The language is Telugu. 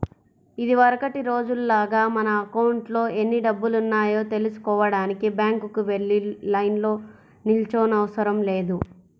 ఇదివరకటి రోజుల్లాగా మన అకౌంట్లో ఎన్ని డబ్బులున్నాయో తెల్సుకోడానికి బ్యాంకుకి వెళ్లి లైన్లో నిల్చోనవసరం లేదు